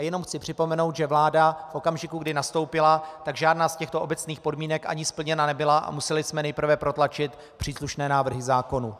Jen chci připomenout, že vláda v okamžiku, kdy nastoupila, tak žádná z těchto obecných podmínek ani splněna nebyla a museli jsme nejprve protlačit příslušné návrhy zákonů.